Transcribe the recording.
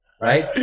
right